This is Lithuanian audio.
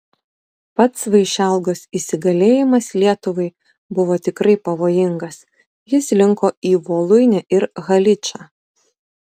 pats vaišelgos įsigalėjimas lietuvai buvo tikrai pavojingas jis linko į voluinę ir haličą